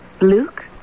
Luke